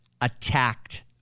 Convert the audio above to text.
attacked